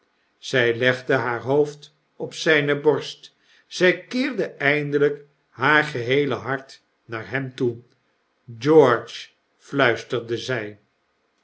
zy legde haar hoofd op zyne borst zij keerde eindelyk haar geheele hart naar hem toe george fluisterde zij